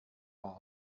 war